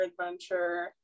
adventure